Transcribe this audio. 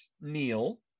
Neil